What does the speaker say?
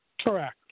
Correct